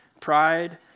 pride